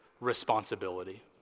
responsibility